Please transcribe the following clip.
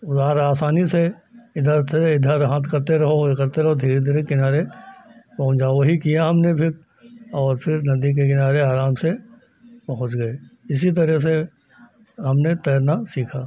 उधर आसानी से इधर थे इधर हाथ करते रहो यह करते रहो धीरे धीरे किनारे पहुँच जाओ वही किया हमने फ़िर और फ़िर नदी के किनारे आराम से पहुँच गए इसी तरह से हमने तैरना सीखा